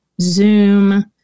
zoom